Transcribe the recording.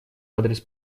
адрес